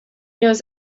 knows